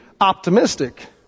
optimistic